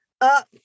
up